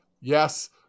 yes